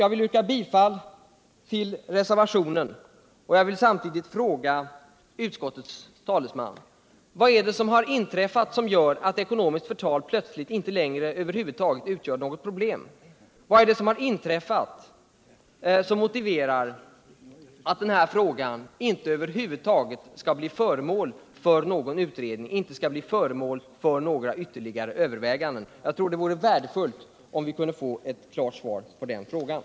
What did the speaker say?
Jag vill yrka bifall till reservationen, och jag vill samtidigt fråga utskottets talesman: Vad är det som har inträffat som gör att frågan om ekonomiskt förtal plötsligt inte längre utgör något problem? Vad är det som har inträffat som motiverar att frågan över huvud taget inte skall bli föremål för någon utredning eller några ytterligare överväganden? Jag tror att det skulle vara värdefullt om vi kunde få ett klart svar på dessa frågor.